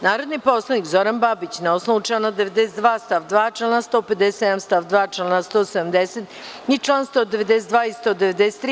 Narodni poslanik Zoran Babić, na osnovu člana 92. stav 2, člana 157. stav 2, člana 170. i čl. 192. i 193.